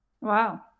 Wow